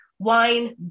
Wine